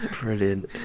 brilliant